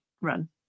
run